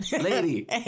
lady